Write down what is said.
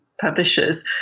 publishers